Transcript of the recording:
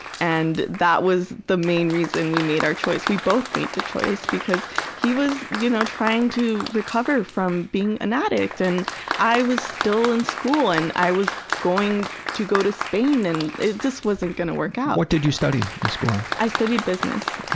and that was the main reason we made our choice. we both made the choice, because he was you know trying to recover from being an addict and i was still in school and i was going to go to spain and it just wasn't gonna work out. what did you study in school? n i studied business.